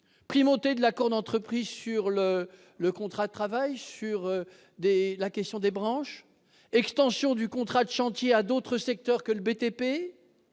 Primauté de l'accord d'entreprise sur le contrat de travail et sur la question des branches, extension du contrat de chantier à d'autres secteurs que le BTP,